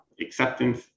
acceptance